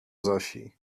zosi